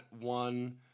one